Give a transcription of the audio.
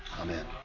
Amen